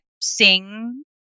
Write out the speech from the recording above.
sing